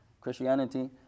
Christianity